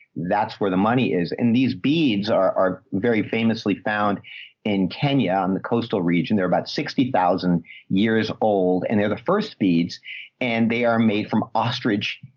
that's where the money is. and these beads are, are very famously found in kenya on the coastal region. they're about sixty thousand years old and they're the first speeds and they are made from ostrich.